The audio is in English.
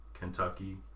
Kentucky